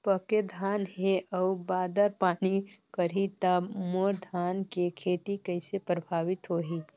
पके धान हे अउ बादर पानी करही त मोर धान के खेती कइसे प्रभावित होही?